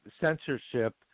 censorship